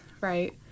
right